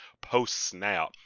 post-snap